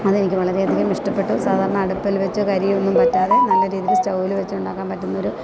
അതെനിക്കു വളരെയധികം ഇഷ്ടപ്പെട്ടു സാധാരണ അടുപ്പില്വച്ചു കരിയൊന്നും പറ്റാതെ നല്ല രീതിയില് സ്റ്റൗവില്വച്ച് ഉണ്ടാക്കാൻ പറ്റുന്നൊരു